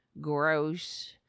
gross